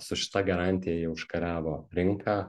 su šita garantija jie užkariavo rinką